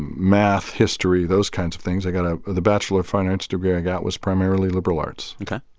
math, history those kinds of things. i got a the bachelor finance degree i got was primarily liberal arts ok.